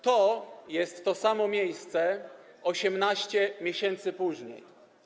To jest to samo miejsce 18 miesięcy później.